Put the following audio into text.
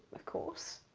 of course.